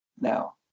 now